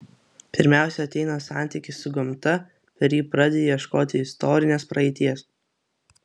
pirmiausia ateina santykis su gamta per jį pradedi ieškoti istorinės praeities